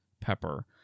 pepper